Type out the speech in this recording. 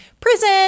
prison